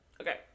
okay